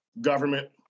government